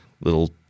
little –